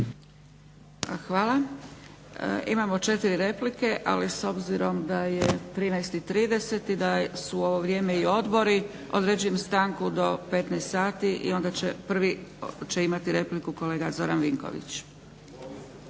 Hvala. Imamo 4 replike, ali s obzirom da je 13,30 i da su u ovo vrijeme i odbori, određujem stanku do 15,00 sati i onda će prvi, prvi će imati repliku kolega Zoran Vinković.